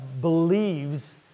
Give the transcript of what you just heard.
believes